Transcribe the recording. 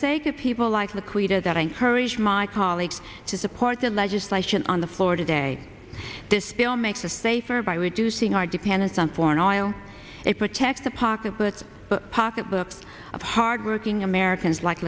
sake of people like the creature that encourage my colleagues to support the legislation on the floor today this bill makes us safer by reducing our dependence on foreign oil it protects the pocketbook pocketbook of hardworking americans like